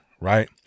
right